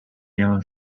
yellow